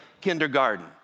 kindergarten